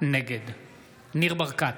נגד ניר ברקת,